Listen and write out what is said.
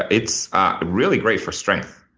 it's really great for strength.